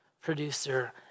producer